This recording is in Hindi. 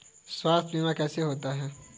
स्वास्थ्य बीमा कैसे होता है?